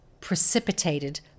precipitated